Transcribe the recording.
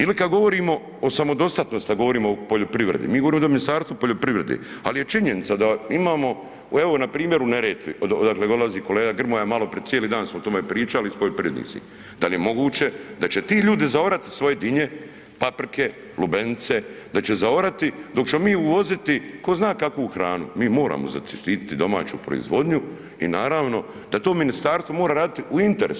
Ili kad govorimo o samodostatnosti, a govorimo o poljoprivredi, mi govorimo ovde o Ministarstvu poljoprivrede, ali je činjenica da imamo, evo npr. u Neretvi, odakle dolazi kolega Grmoja, maloprije, cijeli dan smo o tome pričali s poljoprivrednicima, da li je moguće da će ti ljudi zaorati svoje dinje, paprike, lubenice, da će zaorati dok ćemo mi uvoziti tko zna kakvu hranu, mi moramo zaštiti domaću proizvodnju i naravno da to ministarstvo mora raditi u interesu.